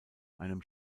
einem